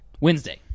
Wednesday